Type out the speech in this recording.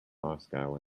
moscow